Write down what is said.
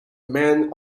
man